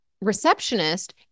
receptionist